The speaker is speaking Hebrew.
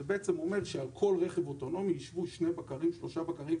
זה בעצם אומר שעל כל רכב אוטונומי ישבו שניים-שלושה בקרים,